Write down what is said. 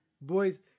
Boys